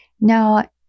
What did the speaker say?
Now